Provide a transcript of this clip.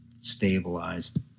stabilized